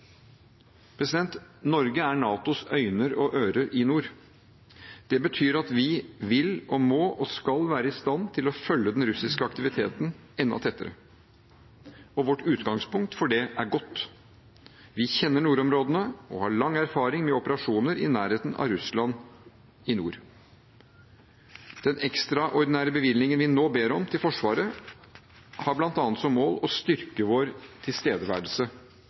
Norge er NATOs øyne og ører i nord. Det betyr at vi vil, må og skal være i stand til å følge den russiske aktiviteten enda tettere. Vårt utgangspunkt for det er godt. Vi kjenner nordområdene og har lang erfaring med operasjoner i nærheten av Russland i nord. Den ekstraordinære bevilgningen vi nå ber om til Forsvaret, har bl.a. som mål å styrke vår tilstedeværelse